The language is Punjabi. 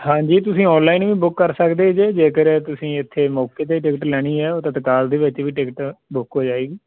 ਹਾਂਜੀ ਤੁਸੀਂ ਔਨਲਾਈਨ ਵੀ ਬੁੱਕ ਕਰ ਸਕਦੇ ਜੇ ਜੇਕਰ ਤੁਸੀਂ ਇੱਥੇ ਮੌਕੇ 'ਤੇ ਟਿਕਟ ਲੈਣੀ ਹੈ ਉਹ ਤਤਕਾਲ ਦੇ ਵਿੱਚ ਵੀ ਟਿਕਟ ਬੁੱਕ ਹੋ ਜਾਏਗੀ